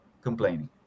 complaining